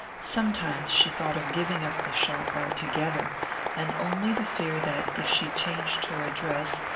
sometimes she thought of giving up the shop altogether and only the fear that, if she changed her address,